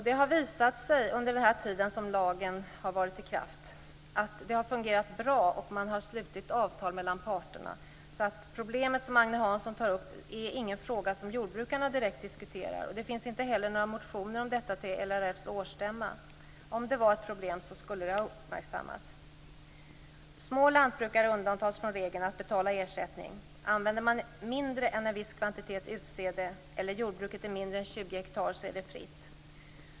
Det har visat sig under den tid som lagen har varit i kraft att det har fungerat bra. Man har slutit avtal mellan parterna. Det problem som Agne Hansson tar upp är ingen fråga som jordbrukarna direkt diskuterar. Det finns inte heller några motioner om detta till LRF:s årsstämma. Om det var ett problem skulle det ha uppmärksammats. Små lantbruk undantas från regeln att betala ersättning. Använder man mindre än en viss kvantitet utsäde eller jordbruket är mindre än 20 hektar är det fritt.